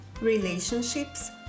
relationships